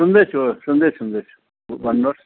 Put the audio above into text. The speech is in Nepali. सुन्दैछु सुन्दै सुन्दैछु भन्नुहोस्